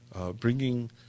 bringing